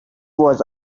was